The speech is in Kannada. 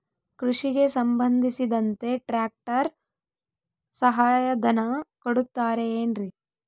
ಕೃಷಿಗೆ ಸಂಬಂಧಿಸಿದಂತೆ ಟ್ರ್ಯಾಕ್ಟರ್ ಸಹಾಯಧನ ಕೊಡುತ್ತಾರೆ ಏನ್ರಿ?